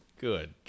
Good